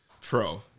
True